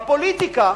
בפוליטיקה,